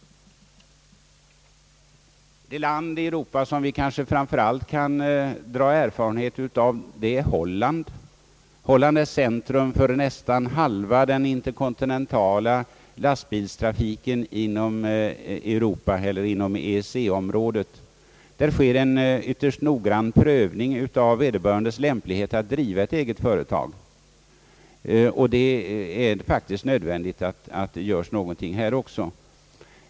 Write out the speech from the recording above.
Det land i Europa som vi framför allt kan få erfarenheter från är Holland. Holland är centrum för nästan halva den interkontinentala lastbilstrafiken inom EEC-området. Där sker en ytterst noggrann prövning av vederbörandes lämplighet att driva ett eget företag, och jag anser det faktiskt nödvändigt att så sker i Sverige också.